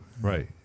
Right